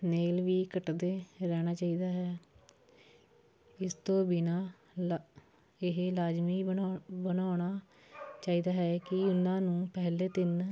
nail ਵੀ ਕੱਟਦੇ ਰਹਿਣਾ ਚਾਹੀਦਾ ਹੈ ਇਸ ਤੋਂ ਬਿਨਾਂ ਲਾ ਇਹ ਲਾਜ਼ਮੀ ਬਣਾਉ ਬਣਾਉਣਾ ਚਾਹੀਦਾ ਹੈ ਕਿ ਓਹਨਾਂ ਨੂੰ ਪਹਿਲੇ ਤਿੰਨ